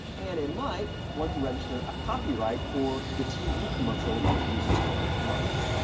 and it might want to register a copyright for the tv commercial that it uses to market the product.